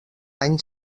any